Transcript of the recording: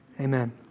amen